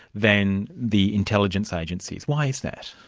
than the intelligence agencies. why is that?